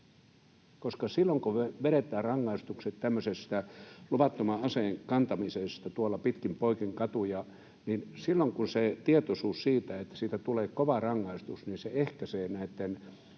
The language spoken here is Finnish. Silloin kun me vedetään rangaistukset koviksi tämmöisestä luvattoman aseen kantamisesta pitkin poikin katuja, silloin kun on tietoisuus siitä, että siitä tulee kova rangaistus, se ehkäisee aseitten